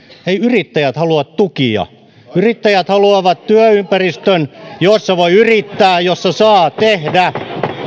eivät yrittäjät halua tukia yrittäjät haluavat työympäristön jossa voi yrittää jossa saa tehdä